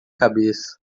cabeça